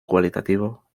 cualitativo